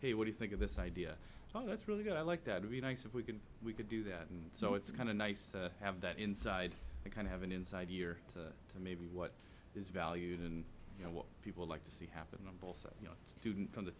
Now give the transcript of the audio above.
hey what do you think of this idea that's really good i like that would be nice if we could we could do that and so it's kind of nice to have that inside and kind of an inside year to maybe what is valued and you know what people like to see happen on both sides you know student from the